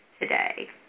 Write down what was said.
today